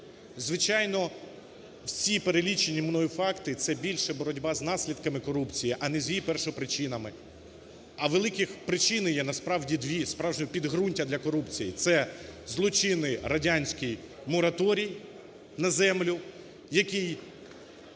Звичайно, всі перелічені мною факти це більше боротьба з наслідками корупції, а не з її першопричинами. А великих причини насправді є дві, справжнє підґрунтя для корупції: це злочинний радянський мораторій на землю, який